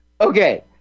Okay